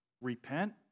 repent